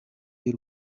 y’u